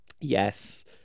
Yes